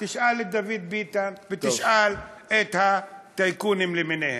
תשאל את דוד ביטן ותשאל את הטייקונים למיניהם.